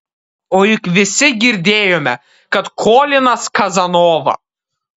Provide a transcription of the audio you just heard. o juk visi girdėjome kad kolinas kazanova